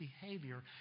behavior